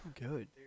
good